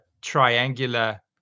triangular